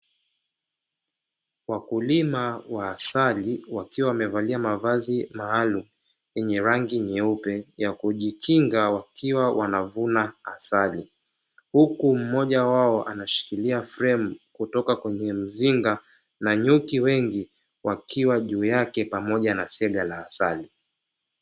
Wakulima wa asali, wakiwa wamevalia mavazi maalumu yenye rangi nyeupe ya kujikinga, wakiwa wanavuna asali. Huku mmoja wao ameshikilia fremu kutoka kwenye mzinga na nyuki wengi wakiwa juu yake pamoja na sega la asali.